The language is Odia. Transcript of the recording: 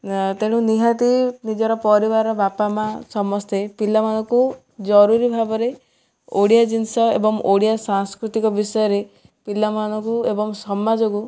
ତେଣୁ ନିହାତି ନିଜର ପରିବାର ବାପା ମାଆ ସମସ୍ତେ ପିଲାମାନଙ୍କୁ ଜରୁରୀ ଭାବରେ ଓଡ଼ିଆ ଜିନିଷ ଏବଂ ଓଡ଼ିଆ ସାଂସ୍କୃତିକ ବିଷୟରେ ପିଲାମାନଙ୍କୁ ଏବଂ ସମାଜକୁ